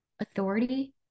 authority